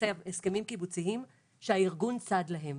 הסכמים קיבוציים שהארגון צד להם.